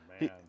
man